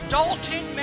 Dalton